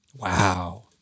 Wow